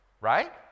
right